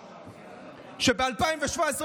שב-2017,